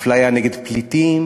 אפליה נגד פליטים